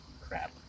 Crap